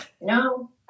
No